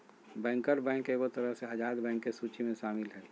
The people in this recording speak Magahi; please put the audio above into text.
बैंकर बैंक एगो तरह से आजाद बैंक के सूची मे शामिल हय